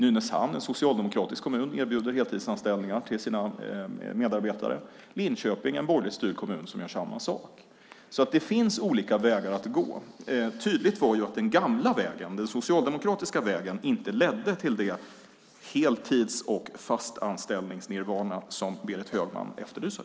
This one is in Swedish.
Nynäshamn, som är en socialdemokratiskt styrd kommun, erbjuder heltidsanställningar till sina medarbetare. Linköping, som är en borgerligt styrd kommun, gör samma sak. Det finns alltså olika vägar att gå. Tydligt var att den gamla vägen, den socialdemokratiska vägen, inte ledde till det heltids och fastanställningsnirvana som Berit Högman efterlyser.